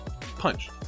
punch